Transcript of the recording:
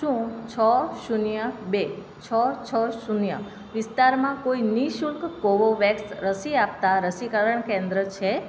શું છ શૂન્ય બે છ છ શૂન્ય વિસ્તારમાં કોઈ નિ શુલ્ક કોવોવેક્સ રસી આપતાં રસીકરણ કેન્દ્ર છે